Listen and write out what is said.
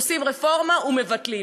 עושים רפורמה ומבטלים.